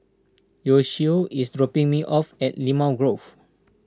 Yoshio is dropping me off at Limau Grove